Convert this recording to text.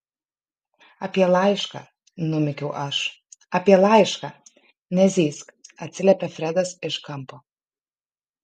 apie laišką numykiau aš apie laišką nezyzk atsiliepė fredas iš kampo